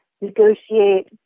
negotiate